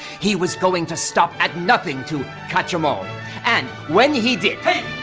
he was going to stop at nothing to catch em all and when he did hey!